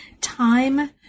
Time